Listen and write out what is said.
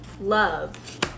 love